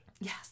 Yes